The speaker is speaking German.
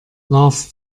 lars